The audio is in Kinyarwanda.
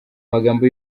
magambo